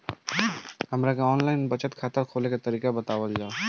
हमरा के online बचत बैंक खाता खोले के तरीका बतावल जाव?